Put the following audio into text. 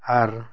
ᱟᱨ